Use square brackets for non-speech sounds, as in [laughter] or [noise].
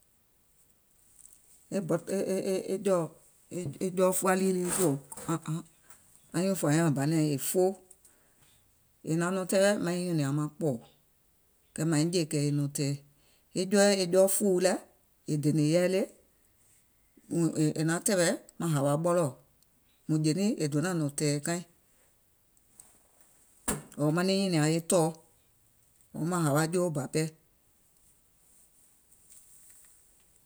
E bɔ e e e jɔ̀ɔ̀ e jɔɔ fua lii le, [noise] e jɔ̀ɔ̀ anyùuŋ fùà nyaŋ banàìŋ è foo, è naŋ nɔŋ tɛɛwɛ̀ maŋ niŋ nyùnìàŋ maŋ kpɔ̀ɔ̀ kɛ̀ mȧìŋ jè kɛ̀ è nɔ̀ŋ tɛ̀ɛ̀, e jɔɔ e jɔɔ fùùu lɛ̀ è dènèìŋ yɛi le, è è è naŋ tɛ̀ɛ̀wɛ̀ maŋ hàwa ɓɔlɔ̀ɔ̀, mùŋ jè niŋ è donȧŋ nɔ̀ŋ tɛ̀ɛ̀ kaiŋ [noise] ɔ̀ɔ̀ maŋ niŋ nyùnìàŋ e tɔ̀ɔ, ɔ̀ɔ̀ maŋ hàwa joo bà pɛɛ.